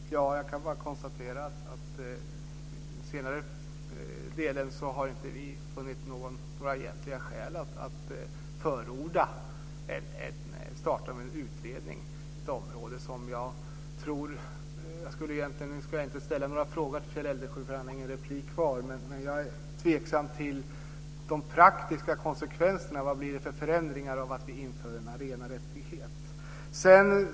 Fru talman! Jag kan bara konstatera att vi inte har funnit några egentliga skäl att förorda en utredning. Jag ska inte ställa några frågor till Kjell Eldensjö, för han har ingen replik kvar. Jag är tveksam till de praktiska konsekvenserna. Vad blir det för förändringar av att vi inför en arenarättighet?